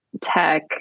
tech